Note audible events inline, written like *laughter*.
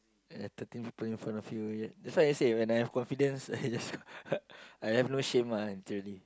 uh thirteen people in front of you yeah that's why I say when I have confidence I just *laughs* I have no shame one seriously